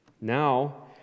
Now